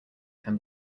can